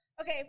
Okay